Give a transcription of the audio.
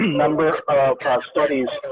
number of um kind of studies.